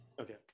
Okay